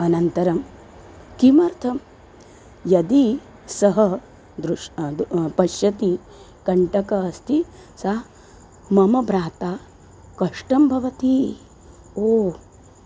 अनन्तरं किमर्थं यदि सः दृश् दु पश्यति कण्टकः अस्ति सः मम भ्राता कष्टं भवति ओ